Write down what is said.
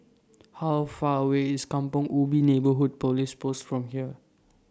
How Far away IS Kampong Ubi Neighbourhood Police Post from here